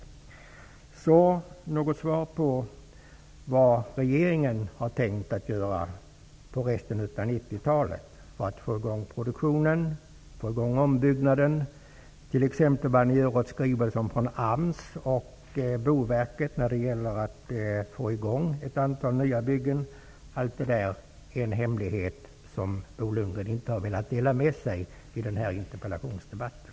Vi har inte fått något besked om vad regeringen tänker göra under resten av 90-talet för att få i gång produktionen och för att få i gång ombyggnader, t.ex. vad regeringen tänker göra åt skrivelsen från AMS och Boverket när det gäller att sätta i gång ett antal nya byggen. Det är en hemlighet, som Bo Lundgren inte har velat dela med sig av i den här interpellationsdebatten.